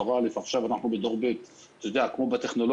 עכשיו אנחנו בדור ב' עשיתי